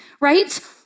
right